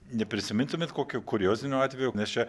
neprisimintumėt kokių kuriozinių atvejų nes čia